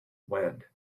wind